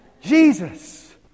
Jesus